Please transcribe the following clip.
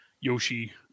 Yoshi